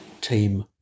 team